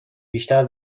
بیشتر